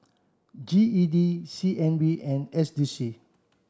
G E D C N B and S D C